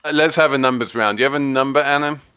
ah let's have a numbers round, yevhen number annam